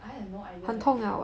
I have no idea eh